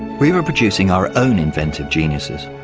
we were producing our own inventive geniuses.